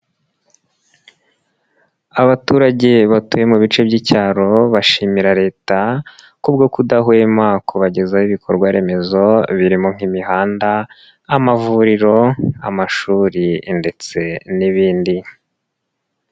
Abaturage batuye mu bice by'icyaro bashimira Leta kubwo kudahwema kubagezaho ibikorwaremezo birimo nk'imihanda, amavuriro, amashuri ndetse n'ibindi.